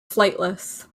flightless